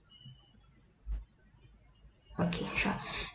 okay sure